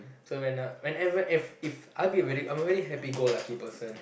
so when uh whenever if if I'll be very I'm a very happy go lucky person